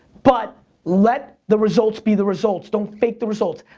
but let the results be the results, don't fake the results.